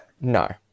no